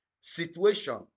Situation